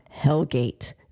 Hellgate